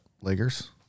Lakers